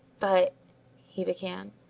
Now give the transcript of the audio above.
but he began.